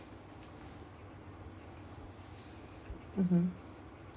mmhmm